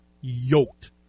yoked